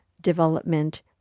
development